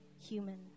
human